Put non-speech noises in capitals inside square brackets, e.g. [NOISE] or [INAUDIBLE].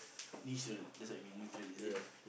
[BREATH] neutral that's what you mean neutral is it